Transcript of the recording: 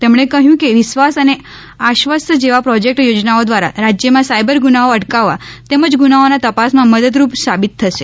તેમણે કહ્યું કે વિશ્વાસ અને આશ્વસ્ત જેવાં પ્રોજેકટ રાજ્યમાં સાઇબર ગુનાઓ અટકાવવા તેમજ ગુનાઓના તપાસમાં મદદરૂપ સાબીત થશે